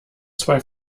zwei